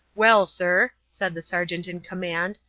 well, sir, said the sergeant in command,